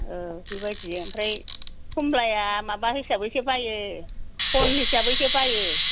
औ बेबायदि ओमफ्राय खमलाया माबा हिसाबैसो बायो फन हिसाबैसो बायो